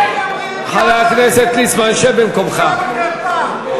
בושה וחרפה.